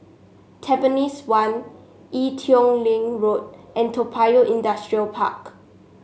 Tampines one Ee Teow Leng Road and Toa Payoh Industrial Park